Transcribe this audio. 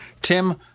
Tim